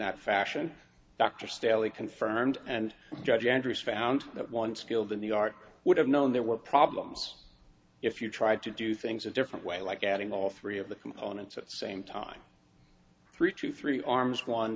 that fashion dr staley confirmed and judge andrews found that one skilled in the art would have known there were problems if you tried to do things a different way like adding all three of the components at same time three two three arms one